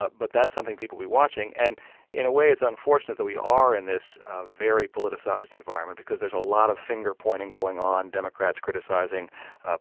but but that's something people will be watching and in a way, it's unfortunate that we are in this very politicized environment because there's a lot of finger-pointing going on democrats criticizing